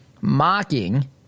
mocking